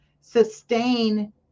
sustain